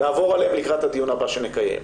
לעבור עליהם לקראת הדיון הבא שנקיים.